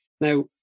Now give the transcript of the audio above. Now